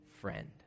friend